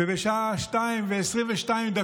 ובשעה 02:22,